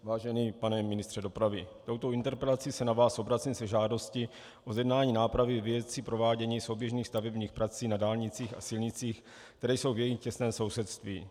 Vážený pane ministře dopravy, touto interpelací se na vás obracím se žádostí o zjednání nápravy ve věci provádění souběžných stavebních prací na dálnicích a silnicích, které jsou v jejich těsném sousedství.